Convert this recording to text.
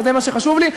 וזה מה שחשוב לי.